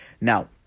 Now